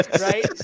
right